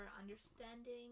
understanding